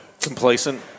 complacent